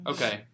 Okay